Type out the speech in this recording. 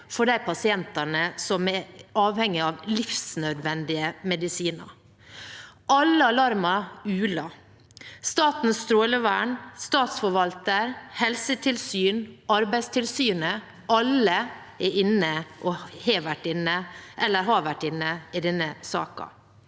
for de pasientene som er avhengig av livsnødvendige medisiner. Alle alarmer uler – Statens strålevern, statsforvalteren, Helsetilsynet og Arbeidstilsynet: Alle er eller har vært inne i denne saken.